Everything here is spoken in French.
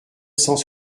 cent